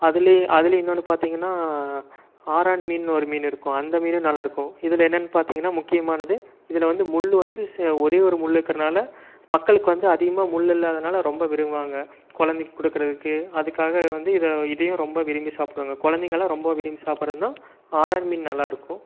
அதிலே அதிலயே இன்னொன்று பார்த்திங்கன்னா ஆரான் மீன் ஒரு மீன் இருக்கும் அந்த மீன் நல்லாயிருக்கும் இதில் என்னனு பார்த்திங்கன்னா முக்கியமானது இதில் வந்து முள் வந்து ஒரே ஒரு முள் இருக்கிறனால மக்களுக்கு வந்து அதிகமாக முள் இல்லாததினால ரொம்ப விரும்புவாங்க குழந்தைக்கி கொடுக்குறதுக்கு அதுக்காக வந்து இதை இதையும் ரொம்ப விரும்பி சாப்பிடுவாங்க குழந்தைங்கலாம் ரொம்ப விரும்பி சாப்பிடுறதுனா ஆரா மீன் நல்லாயிருக்கும்